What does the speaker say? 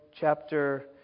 chapter